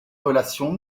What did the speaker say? relations